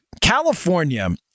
California